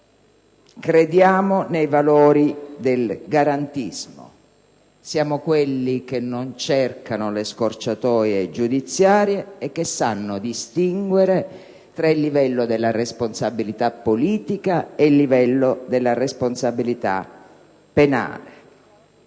crediamo nei valori del garantismo. Siamo quelli che non cercano le scorciatoie giudiziarie e che sanno distinguere tra il livello della responsabilità politica e il livello della responsabilità penale.